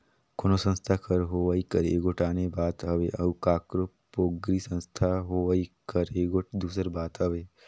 कोनो संस्था कर होवई हर एगोट आने बात हवे अउ काकरो पोगरी संस्था होवई हर एगोट दूसर बात हवे